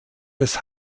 des